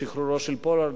לשחרורו של פולארד,